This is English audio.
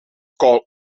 call